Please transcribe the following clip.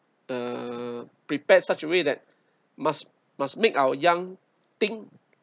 uh prepared such a way that must must make our young think